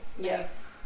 Yes